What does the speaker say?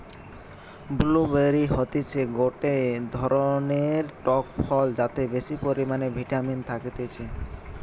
blue বেরি হতিছে গটে ধরণের টক ফল যাতে বেশি পরিমানে ভিটামিন থাকতিছে